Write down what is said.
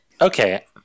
Okay